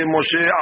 Moshe